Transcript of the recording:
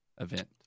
event